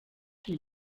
qui